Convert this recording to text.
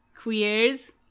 queers